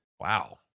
Wow